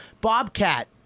Bobcat